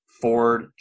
Ford